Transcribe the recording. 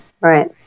Right